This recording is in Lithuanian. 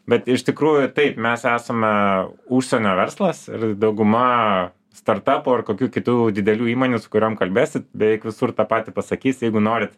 bet iš tikrųjų taip mes esame užsienio verslas ir dauguma startapų ar kokių kitų didelių įmonių su kuriom kalbėsit beveik visur tą patį pasakys jeigu norit